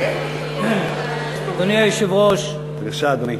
אדוני היושב-ראש, בבקשה, אדוני.